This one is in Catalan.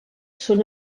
són